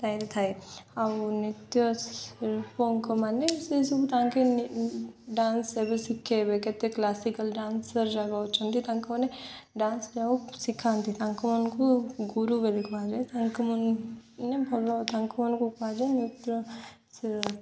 ତାହିଁରେ ଥାଏ ଆଉ ନତ୍ୟପଙ୍କ ମାନ ସେସବୁ ତାଙ୍କେ ଡାନ୍ସ ଏବେ ଶିଖାଇବେ କେତେ କ୍ଲାସିକାଲ୍ ଡାନ୍ସର ଯାଗା ଅଛନ୍ତି ତାଙ୍କମାନେ ଡାନ୍ସ ଯାଉ ଶିଖାନ୍ତି ତାଙ୍କ ମାନଙ୍କୁ ଗୁରୁ ବୋଲିଲେ କୁହାଯାଏ ତାଙ୍କ ଭଲ ତାଙ୍କମାନଙ୍କୁ କୁହାଯାଏ ନୃତ୍ୟ